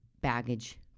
baggage